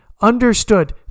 understood